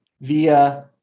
via